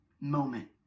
moment